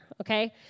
okay